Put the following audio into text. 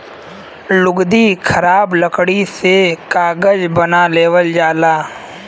लुगदी खराब लकड़ी से कागज बना लेवल जाला